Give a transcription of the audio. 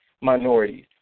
minorities